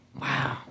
Wow